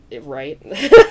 right